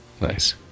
Nice